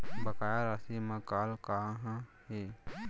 बकाया राशि मा कॉल का हे?